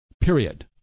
period